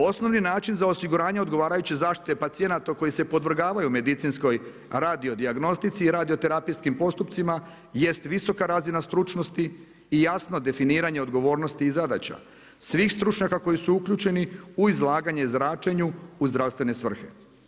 Osnovni način za osiguranje odgovarajuće zaštite pacijenata koji se podvrgavaju medicinskoj radio dijagnostici i radio terapijskim postupcima jest visoka razina stručnosti i jasno definiranje odgovornosti i zadaća, svih stručnjaka koji su uključeni u izlaganje zračenju u zdravstvene svrhe.